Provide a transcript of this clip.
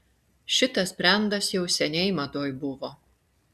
šitas brendas jau seniai madoj buvo